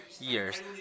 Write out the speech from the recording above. years